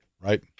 Right